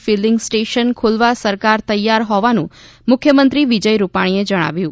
feeling station ખોલવા સરકાર તૈયાર હોવાનું મુખ્યમંત્રી વિજય રૂપાણીએ જણાવ્યુ